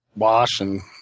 wash, and